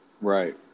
Right